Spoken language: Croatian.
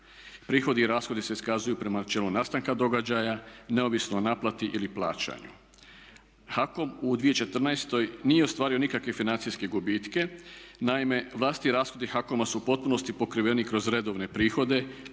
Prihodi i rashodi se iskazuju prema načelu nastanka događaja neovisno o naplati ili plaćanju. HAKOM u 2014. nije ostvario nikakve financijske gubitke. Naime, vlastiti rashodi HAKOM-a su u potpunosti pokriveni kroz redovne prihode